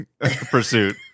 pursuit